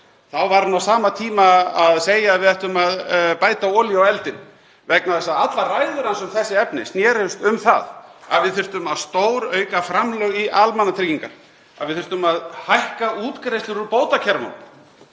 þá var hann á sama tíma að segja að við ættum að bæta olíu á eldinn vegna þess að allar ræður hans um þessi efni snerust um að við þyrftum að stórauka framlög í almannatryggingar, að við þyrftum að hækka útgreiðslur úr bótakerfunum.